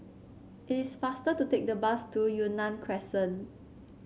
it's faster to take the bus to Yunnan Crescent